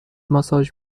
ماساژ